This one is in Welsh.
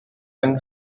yng